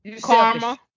karma